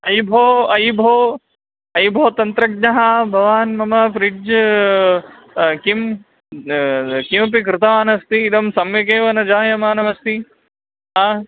अयि भोः अयि भोः अयि भोः तन्त्रज्ञः भवान् मम फ़्रिड्ज् किं किमपि कृतवानस्ति इदं सम्यगेव न जायमानमस्ति